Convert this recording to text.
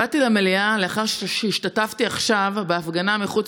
באתי למליאה לאחר שהשתתפתי עכשיו בהפגנה מחוץ